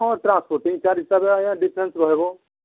ହଁ transporting charge ହିସାବରେ ଆଜ୍ଞା ଡିଫରେନ୍ସ ରହିବ